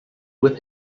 with